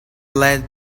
led